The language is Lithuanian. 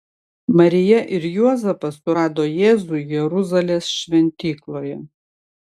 marija ir juozapas surado jėzų jeruzalės šventykloje